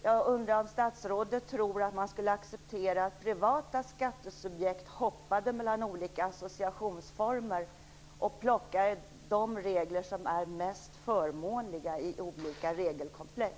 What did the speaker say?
Jag undrar om statsrådet tror att man skulle acceptera att privata skattesubjekt hoppade mellan olika associationsformer och plockade de regler som är mest förmånliga i olika regelkomplex.